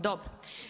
Dobro.